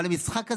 אבל המשחק הזה,